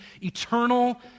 eternal